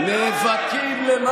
חבר הכנסת להב הרצנו, קריאה ראשונה.